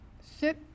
sit